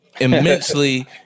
immensely